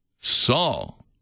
Saul